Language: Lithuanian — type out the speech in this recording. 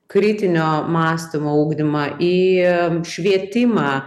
kritinio mąstymo ugdymą į švietimą